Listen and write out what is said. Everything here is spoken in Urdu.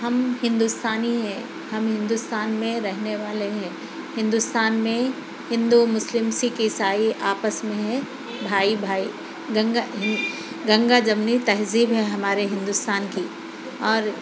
ہم ہندوستانی ہے ہم ہندوستان میں رہنے والے ہے ہندوستان میں ہندو مسلم سِکھ عیسائی آپس میں ہیں بھائی بھائی گنگا ہند گنگا جمنی تہذہب ہے ہمارے ہندوستان کی اور